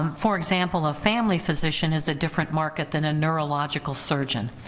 um for example, a family physician is a different market than a neurological surgeon,